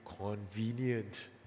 convenient